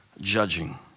judging